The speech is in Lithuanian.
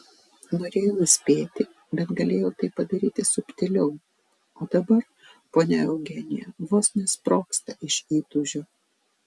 norėjau įspėti bet galėjau tai padaryti subtiliau o dabar ponia eugenija vos nesprogsta iš įtūžio